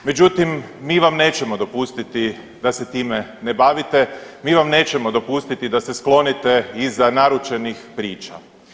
Međutim mi vam nećemo dopustiti da se time ne bavite, mi vam nećemo dopustiti da se sklonite iza naručenih priča.